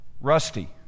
rusty